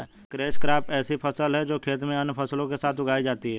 catch crop एक ऐसी फसल है जो खेत में अन्य फसलों के साथ उगाई जाती है